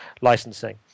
licensing